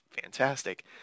fantastic